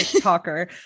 talker